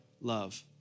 love